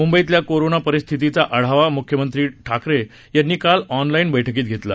मुंबईतल्या कोरोना परिस्थितीचा आढावा मुख्यमंत्री ठाकरे यांनी काल ऑनलाईन बैठकीत घेतला